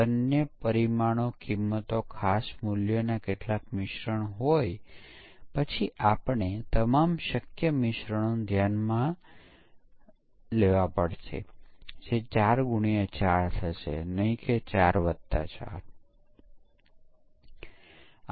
અહીં સોફ્ટવેર સંદર્ભમાં જ્યાં સુધી આપણે વારંવાર બિલ્ડ્સ ન કરીએ અને સ્મોકની કસોટી ન કરીએ ત્યાં સુધી આપણી સામે મોટી સમસ્યાઓ આવી શકે છે અને પરીક્ષણમાં અયોગ્ય લાંબો સમય અને વધુ પ્રયત્ન કરવા પડશે